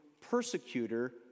persecutor